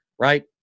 right